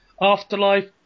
Afterlife